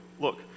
Look